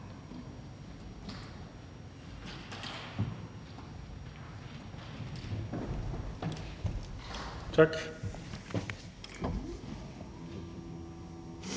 Tak.